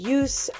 use